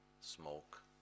smoke